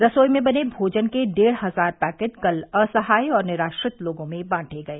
रसोई में बने भोजन के डेढ़ हजार पैकेट कल असहाय और निराश्रित लोगों में बांटे गए